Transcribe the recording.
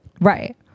right